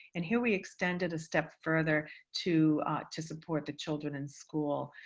and here we extend it a step further to to support the children in school.